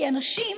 כי אנשים,